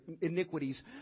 iniquities